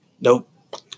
Nope